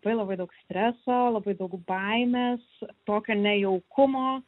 labai labai daug streso labai daug baimės tokio nejaukumo